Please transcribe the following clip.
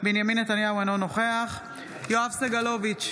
בהצבעה בנימין נתניהו, אינו נוכח יואב סגלוביץ'